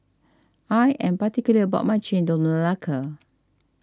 I am particular about my Chendol Melaka